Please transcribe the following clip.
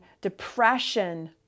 depression